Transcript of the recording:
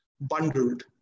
bundled